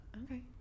Okay